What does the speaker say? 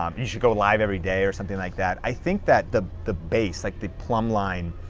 um you should go live everyday or something like that. i think that the the base, like the plumb line,